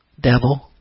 Devil